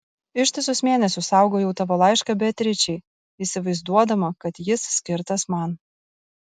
ištisus mėnesius saugojau tavo laišką beatričei įsivaizduodama kad jis skirtas man